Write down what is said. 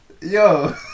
Yo